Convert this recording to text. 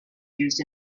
used